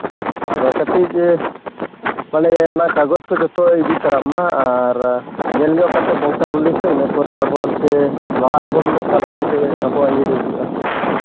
ᱟᱫᱚ ᱠᱟᱹᱴᱤᱡ ᱢᱟᱱᱮ ᱚᱱᱟ ᱠᱟᱜᱚᱡᱽ ᱠᱚ ᱡᱚᱛᱚ ᱤᱫᱤ ᱛᱟᱨᱟᱜᱼᱢᱟ ᱟᱨ ᱧᱮᱞ ᱧᱚᱜ ᱠᱟᱛᱮ ᱵᱚᱝᱥᱟᱵᱚᱞᱤ ᱠᱚ ᱤᱱᱟᱹ ᱯᱚᱨᱮ ᱟᱵᱚ ᱚᱱᱛᱮ ᱞᱟᱲᱟᱜᱼᱟ ᱵᱚᱱ ᱚᱠᱟᱞᱮᱠᱟᱛᱮ ᱤᱭᱟᱹ ᱟᱵᱚᱣᱟᱜ ᱤᱭᱟᱹ ᱨᱮ ᱦᱤᱡᱩᱜᱼᱟ